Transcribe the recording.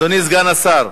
אדוני סגן השר.